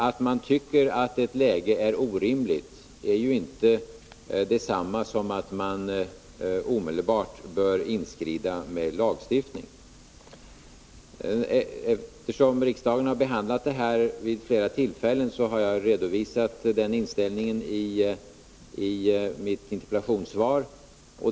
Att man tycker att ett läge är orimligt är ju inte detsamma som att man omedelbart bör inskrida med lagstiftning. Eftersom riksdagen har givit uttryck för detta vid flera tillfällen har jag redovisat den inställningen i mitt interpellationssvar.